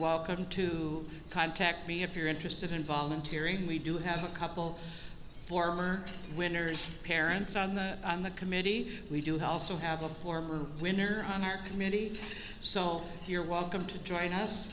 welcome to contact me if you're interested in volunteer and we do have a couple former winners parents on the on the committee we do have also have a former winner on our committee so you're welcome to join us